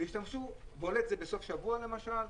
זה היה בולט זה בסוף שבוע למשל.